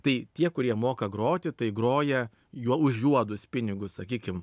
tai tie kurie moka groti tai groja juo už juodus pinigus sakykim